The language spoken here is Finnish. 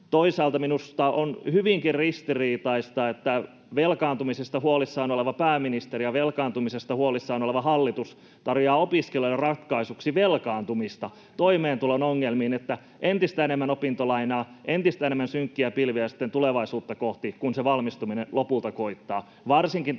Toisaalta minusta on hyvinkin ristiriitaista, että velkaantumisesta huolissaan oleva pääministeri ja velkaantumisesta huolissaan oleva hallitus tarjoaa opiskelijoille ratkaisuksi velkaantumista toimeentulon ongelmiin, [Vasemmalta: Aivan!] niin että on entistä enemmän opintolainaa, entistä enemmän synkkiä pilviä sitten tulevaisuutta kohti, kun se valmistuminen lopulta koittaa,